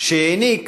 שהעניק